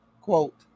quote